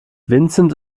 vincent